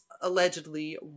allegedly